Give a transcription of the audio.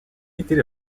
était